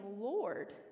lord